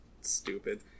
stupid